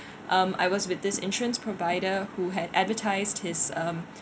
um I was with this insurance provider who had advertised his um